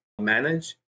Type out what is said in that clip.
manage